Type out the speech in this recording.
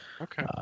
Okay